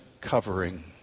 covering